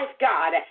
God